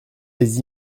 les